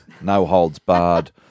no-holds-barred